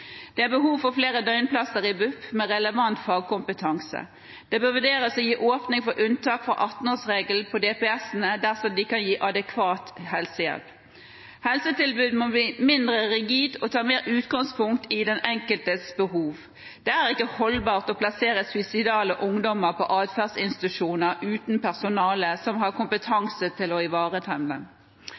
Det er behov for flere døgnplasser i BUP med relevant fagkompetanse. Det bør vurderes å gi åpning for unntak fra 18-årsregelen på DPS-ene dersom de kan gi adekvat helsehjelp. Helsetilbudet må bli mindre rigid og ta mer utgangspunkt i den enkeltes behov. Det er ikke holdbart å plassere suicidale ungdommer på atferdsinstitusjoner uten personale som har kompetanse til å ivareta